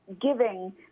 giving